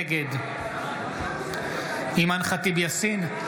נגד אימאן ח'טיב יאסין,